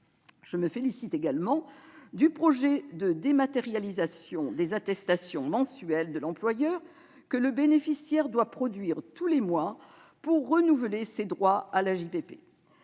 Je me félicite également du projet de dématérialisation des attestations mensuelles de l'employeur que le bénéficiaire doit produire tous les mois pour renouveler ses droits à l'AJPP.